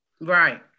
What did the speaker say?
Right